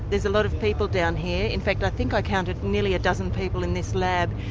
there's a lot of people down here. in fact i think i counted nearly a dozen people in this lab.